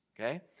Okay